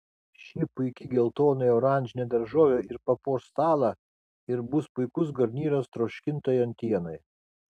ši puiki geltonai oranžinė daržovė ir papuoš stalą ir bus puikus garnyras troškintai antienai